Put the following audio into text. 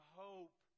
hope